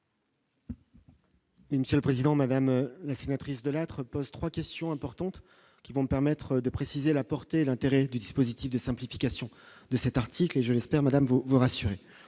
seule président Madame la sénatrice de lettres poste 3 questions importantes qui vont permettre de préciser la portée et l'intérêt du dispositif de simplification de cet article et je l'espère, madame, vous vous rassurer,